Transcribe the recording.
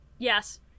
yes